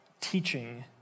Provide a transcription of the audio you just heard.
teaching